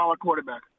quarterback